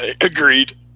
Agreed